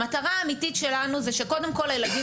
המטרה האמיתית שלנו זה שקודם כל לילדים